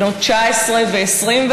בנות 19 ו-21,